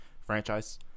franchise-